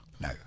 No